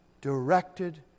directed